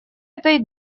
этой